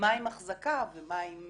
מה עם אחזקה ומה עם